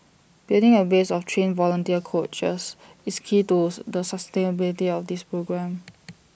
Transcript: building A base of trained volunteer coaches is key to tooth the sustainability of this programme